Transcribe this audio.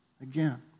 again